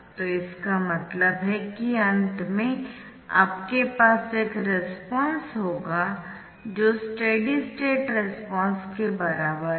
तो इसका मतलब है कि अंत में आपके पास एक रेस्पॉन्स होगा जो स्टेडी स्टेट रेस्पॉन्स के बराबर है